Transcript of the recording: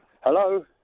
Hello